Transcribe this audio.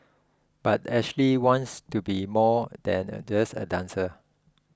but Ashley wants to be more than just a dancer